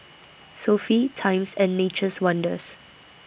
Sofy Times and Nature's Wonders